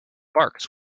barks